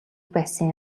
байсан